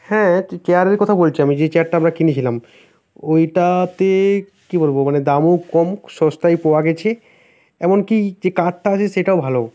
হ্যাঁ চে চেয়ারের কথা বলছি আমি যে চেয়ারটা আমরা কিনেছিলাম ওইটাতে কী বলবো মানে দামও কম সস্তায় পাওয়া গেছে এমনকি যে কাঠটা আছে সেটাও ভালো